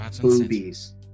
boobies